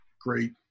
great